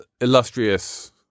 illustrious